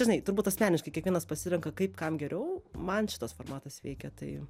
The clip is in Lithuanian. žinai turbūt asmeniškai kiekvienas pasirenka kaip kam geriau man šitas formatas veikia tai